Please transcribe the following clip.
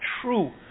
true